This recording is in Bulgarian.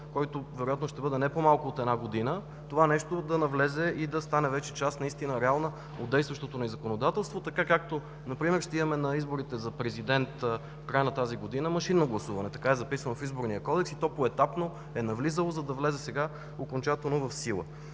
който вероятно ще бъде не по-малко от една година, това нещо да навлезе и да стане вече наистина реална част от действащото ни законодателство, както например ще имаме на изборите за президент в края на тази година машинно гласуване. Така е записано в Изборния кодекс и то поетапно е навлизало, за да влезе сега окончателно в сила.